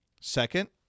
second